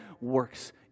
works